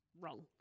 wrong